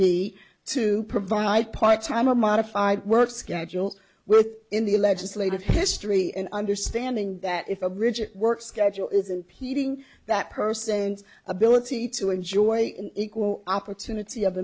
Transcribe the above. b to provide part time a modified work schedule with in the legislative history and understanding that if a rigid work schedule isn't peeling that person's ability to enjoy an equal opportunity of